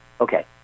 Okay